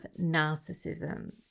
narcissism